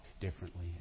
differently